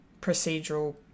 procedural